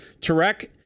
Tarek